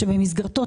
שבמסגרתו,